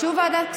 ועדת הכלכלה.